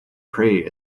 pray